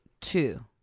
two